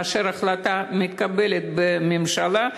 כאשר ההחלטה מתקבלת בממשלה,